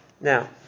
Now